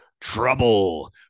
trouble